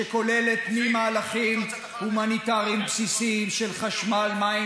שכוללת ממהלכים הומניטריים בסיסיים של חשמל מים